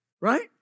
Right